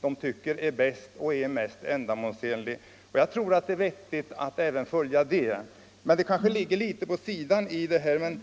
de tycker är mest ändamålsenligt. Det är viktigt att även höra deras mening. Men det kanske ligger litet på sidan av detta ämne.